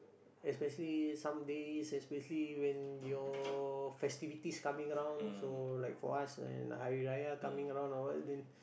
especially some days especially when your festivities coming around so like for us and Hari-Raya coming around or what then